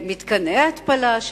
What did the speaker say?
למתקני התפלה,